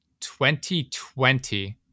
2020